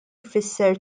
jfisser